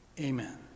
Amen